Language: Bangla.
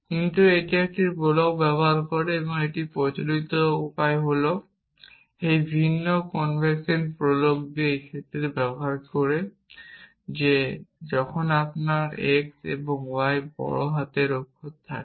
কিন্তু এটি একটি প্রলগ ব্যবহার করে একটি প্রচলিত উপায় হল এই ভিন্ন কনভেনশন প্রোলগটি এই ক্ষেত্রে ব্যবহার করে যে যখন আপনার x এবং y বড় হাতের অক্ষর থাকে